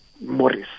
Morris